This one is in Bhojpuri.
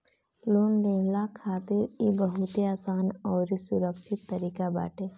लोन लेहला खातिर इ बहुते आसान अउरी सुरक्षित तरीका बाटे